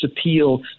appeal